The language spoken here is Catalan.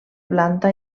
planta